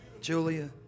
Julia